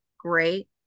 great